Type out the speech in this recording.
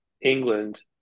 England